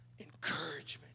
encouragement